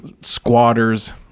squatters